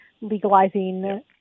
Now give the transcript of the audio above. legalizing